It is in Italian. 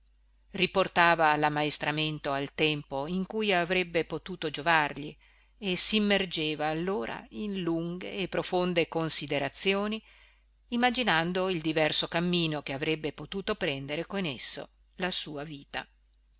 riportava lammaestramento al tempo in cui avrebbe potuto giovargli e simmergeva allora in lunghe e profonde considerazioni immaginando il diverso cammino che avrebbe potuto prendere con esso la sua vita